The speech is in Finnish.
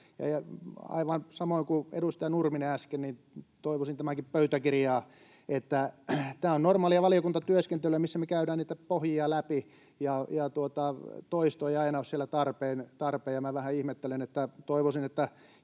samoin, kuin edustaja Nurminen äsken, toivoisin tämänkin pöytäkirjaan, että tämä on normaalia valiokuntatyöskentelyä, missä me käydään niitä pohjia läpi, ja toisto ei aina ole siellä tarpeen.